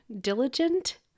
diligent